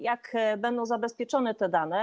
Jak będą zabezpieczone te dane?